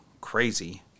Crazy